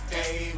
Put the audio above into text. day